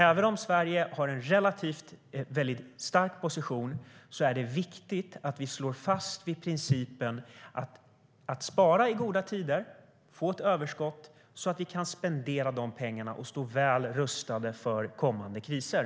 Även om Sverige har en relativt stark position är det alltså viktigt att vi står fast vid principen att spara i goda tider och få ett överskott så att vi kan spendera de pengarna och stå väl rustade för kommande kriser.